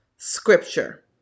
scripture